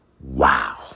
Wow